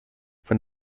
von